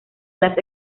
las